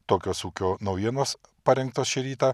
tokios ūkio naujienos parengtos šį rytą